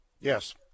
Yes